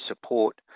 support